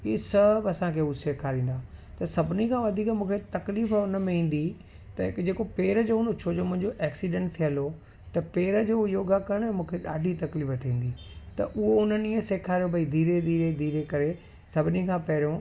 ही सभु असांखे हो सेखारींदा आहे त सभिनी खां वधीक मूंखे तकलीफ़ उन में ईंदी त हिकु जेको पैर जो हूंदो छो जो मुंहिंजो एक्सीडेंट थियल हो त पैर जो योगा करणु मूंखे ॾाढी तकलीफ़ थींदी त उहो उन्हनि ईअं सेखारियो भई धीरे धीरे धीरे करे सभिनी खां पहिरियों